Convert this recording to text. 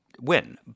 win